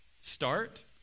start